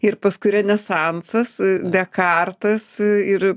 ir paskui renesansas dekartas ir